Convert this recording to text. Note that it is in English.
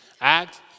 act